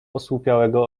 osłupiałego